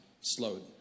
slowed